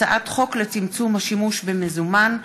הצעת חוק לצמצום השימוש במזומן,